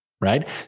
right